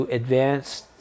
advanced